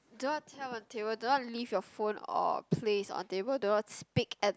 do not tell on table do not leave your phone or place on table do not speak at